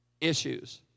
issues